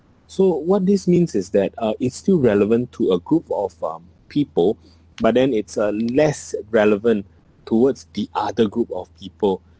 so what this means is that uh it's still relevant to a group of uh people but then it's uh less relevant towards the other group of people